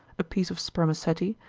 a piece of spermaceti,